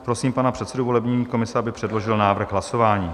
Prosím pana předsedu volební komise, aby předložil návrh hlasování.